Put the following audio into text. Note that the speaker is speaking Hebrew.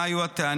מה היו הטענות,